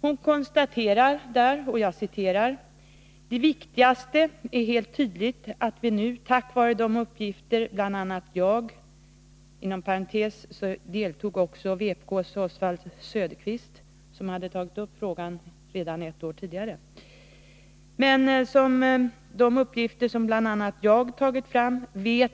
Hon konstaterade följande: ”Det viktigaste är helt tydligt att vi nu, tack vare de uppgifter som bl.a. jag har tagit fram, vet